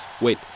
wait